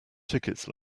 tickets